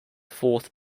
fourth